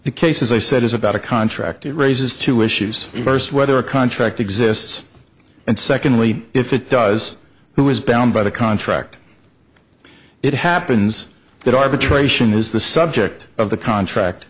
you case as i said is about a contract it raises two issues first whether a contract exists and secondly if it does who is bound by the contract it happens that arbitration is the subject of the contract